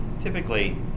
typically